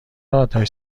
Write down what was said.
آتش